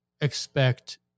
expect